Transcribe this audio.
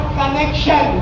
connection